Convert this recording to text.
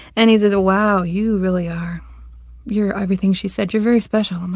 and he says, wow, you really are you're everything she said, you're very special. um